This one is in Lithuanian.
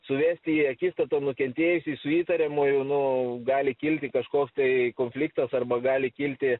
suvesti į akistatą nukentėjusįjį su įtariamuoju nu gali kilti kažkoks tai konfliktas arba gali kilti